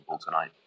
tonight